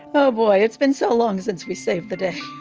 know. boy it's been so long since we saved the day.